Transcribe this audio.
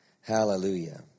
Hallelujah